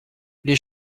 les